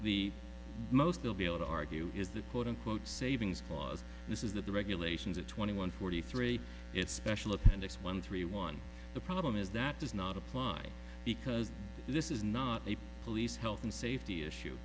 the most they'll be able to argue is the quote unquote savings cause this is that the regulations are twenty one forty three it's special appendix one three one the problem is that does not apply because this is not a police health and safety issue